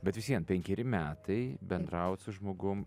bet vis vien penkeri metai bendraut su žmogum